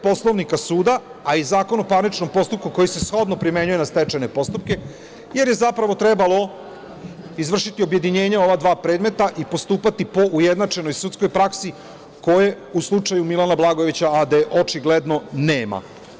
Poslovnika suda, a i Zakon o parničnom postupku, koji se shodno primenjuje na stečajne postupke, jer je zapravo trebalo izvršiti objedinjenje ova dva predmeta i postupati po ujednačenoj sudskoj praksi koje, u slučaju „Milana Blagojevića AD“ očigledno nema.